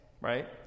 right